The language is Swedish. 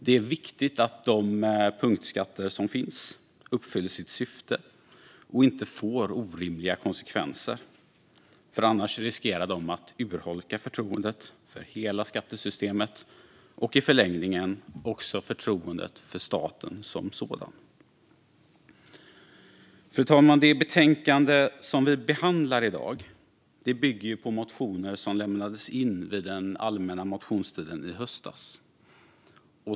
Det är viktigt att de punktskatter som finns uppfyller sitt syfte och inte får orimliga konsekvenser, annars riskerar de att urholka förtroendet för hela skattesystemet och i förlängningen också förtroendet för staten som sådan. Fru talman! Det betänkande som vi behandlar i dag bygger på motioner som lämnades in vid den allmänna motionstiden i höstas.